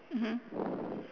mmhmm